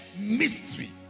mystery